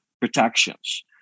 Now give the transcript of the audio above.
protections